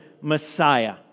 Messiah